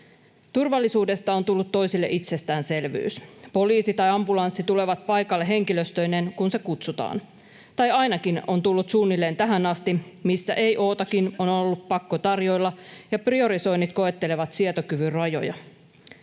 Turvallisuudesta on tullut toisille itsestäänselvyys. Poliisi tai ambulanssi tulee paikalle henkilöstöineen, kun se kutsutaan, tai ainakin on tullut suunnilleen tähän asti, mutta eiootakin on ollut pakko tarjoilla ja priorisoinnit koettelevat sietokyvyn rajoja.